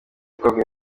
kwagura